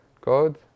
code